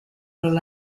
non